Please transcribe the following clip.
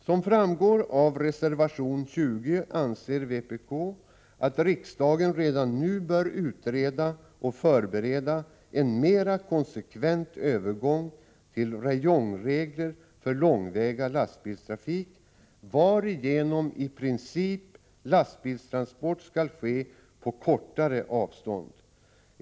Som framgår av reservation 20 anser vpk att riksdagen redan nu bör utreda och förbereda en mera konsekvent övergång till ett system med regler för räjongbegränsning av långväga lastbilstrafik, varigenom lastbilstransport i princip skall ske endast på kortare avstånd.